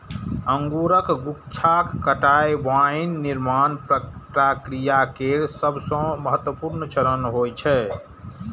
अंगूरक गुच्छाक कटाइ वाइन निर्माण प्रक्रिया केर सबसं महत्वपूर्ण चरण होइ छै